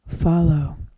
Follow